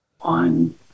on